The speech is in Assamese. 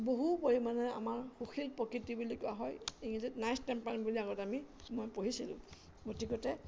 বহু পৰিমাণে আমাৰ সুশীল প্ৰকৃতি বুলি কোৱা হয় ইংৰাজীত নাইচ টেম্পাৰ বুলি আগতে আমি মই পঢ়িছিলোঁ গতিকতে